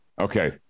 Okay